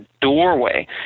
doorway